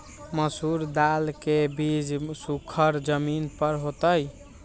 मसूरी दाल के बीज सुखर जमीन पर होतई?